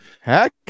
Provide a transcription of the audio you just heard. Heck